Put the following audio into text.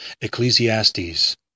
Ecclesiastes